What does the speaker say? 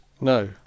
No